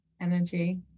energy